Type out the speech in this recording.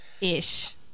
ish